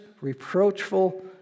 Reproachful